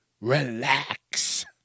relax